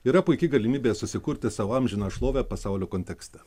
yra puiki galimybė susikurti savo amžiną šlovę pasaulio kontekste